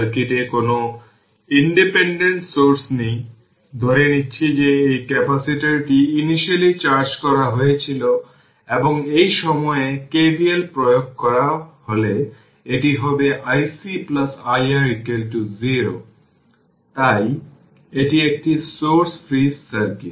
সার্কিটে কোনো independent source নেই ধরে নিচ্ছি যে এই ক্যাপাসিটরটি ইনিশিয়ালী চার্জ করা হয়েছিল এবং এই সময়ে KVL প্রয়োগ করা হলে এটি হবে iC iR 0 তাই এটি একটি সোর্স ফ্রি সার্কিট